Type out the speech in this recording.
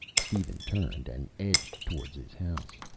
steven turned and edged toward his house.